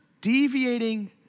deviating